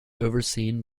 overseen